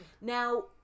Now